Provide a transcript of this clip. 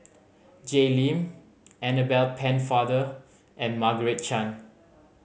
Jay Lim Annabel Pennefather and Margaret Chan